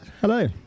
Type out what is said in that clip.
Hello